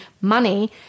money